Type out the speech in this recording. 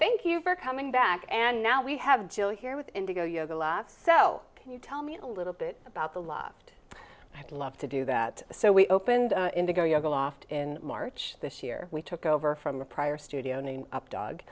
thank you for coming back and now we have jill here with indigo yoga laughs so can you tell me a little bit about the loved i'd love to do that so we opened indigo yoga loft in march this year we took over from a prior studio name up dog